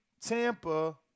Tampa